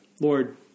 Lord